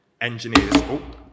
engineers